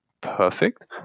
perfect